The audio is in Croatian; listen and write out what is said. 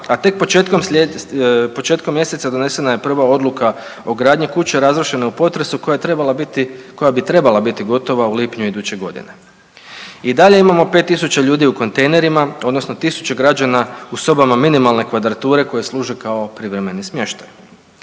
a tek početkom mjeseca donesena je prva odluka o gradnji kuće razrušene u potresu koja bi trebala biti gotova u lipnju iduće godine. I dalje imamo 5.000 ljudi u kontejnerima odnosno 1.000 građana u sobama minimalne kvadrature koje služe kao privremeni smještaj.